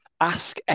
Ask